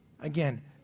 again